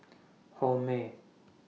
Hormel